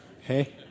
Hey